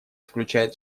включает